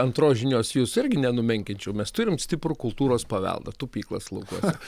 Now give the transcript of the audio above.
antros žinios jūsų irgi nenumenkinčiau mes turim stiprų kultūros paveldą tupyklas laukuose